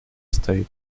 state